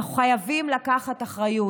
אנחנו חייבים לקחת אחריות.